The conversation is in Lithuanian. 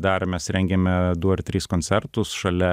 dar mes rengėme du ar tris koncertus šalia